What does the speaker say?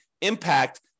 impact